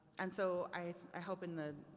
and so, i hope in the,